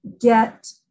get